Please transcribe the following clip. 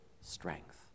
strength